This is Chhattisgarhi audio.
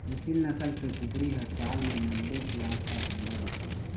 एसील नसल के कुकरी ह साल म नब्बे के आसपास अंडा देथे